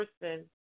person